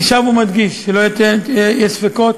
אני שב ומדגיש, שלא יהיו ספקות: